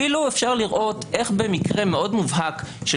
אפילו אפשר לראות איך במקרה מאוד מובהק של